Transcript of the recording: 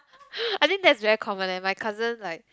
I think that's very common leh my cousin like